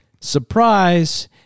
Surprise